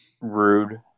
Rude